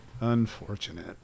unfortunate